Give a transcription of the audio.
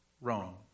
wrong